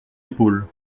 épaules